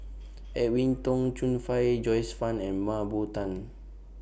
Edwin Tong Chun Fai Joyce fan and Mah Bow Tan